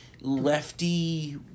lefty